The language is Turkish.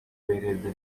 verildi